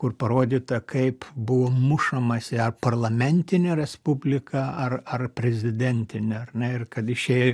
kur parodyta kaip buvo mušamasi ar parlamentinė respublika ar ar prezidentinė ar ne ir kad išėjo